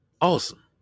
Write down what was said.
Awesome